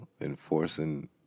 enforcing